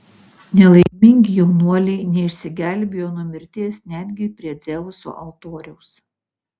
nelaimingi jaunuoliai neišsigelbėjo nuo mirties netgi prie dzeuso altoriaus